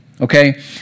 okay